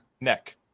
neck